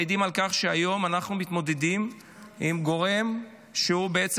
מעידים על כך שהיום אנחנו מתמודדים עם גורם שרוצה